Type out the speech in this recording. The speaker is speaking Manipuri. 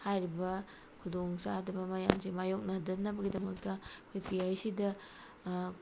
ꯍꯥꯏꯔꯤꯕ ꯈꯨꯗꯣꯡꯆꯥꯗꯕ ꯃꯌꯥꯝꯁꯦ ꯃꯥꯏꯌꯣꯛꯅꯗꯅꯕꯒꯤꯗꯃꯛꯇ ꯑꯩꯈꯣꯏ ꯄꯤ ꯍꯩꯆ ꯁꯤꯗ